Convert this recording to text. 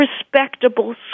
respectable